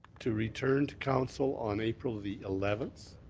to return to council on april the eleventh,